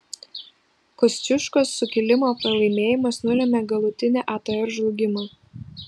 kosciuškos sukilimo pralaimėjimas nulėmė galutinį atr žlugimą